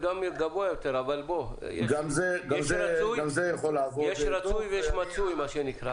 אבל יש רצוי ויש מצוי.